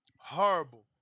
Horrible